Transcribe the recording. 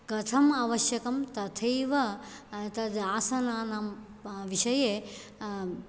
कथम् अवश्यकं तथैव तद् आसनानां विषये